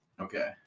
Okay